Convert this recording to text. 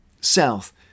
south